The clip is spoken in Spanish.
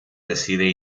decide